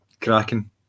cracking